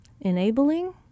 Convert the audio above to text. enabling